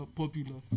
popular